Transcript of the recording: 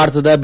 ಭಾರತದ ಬಿ